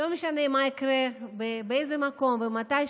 לא משנה מה יקרה ובאיזה מקום או מתי,